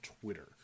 Twitter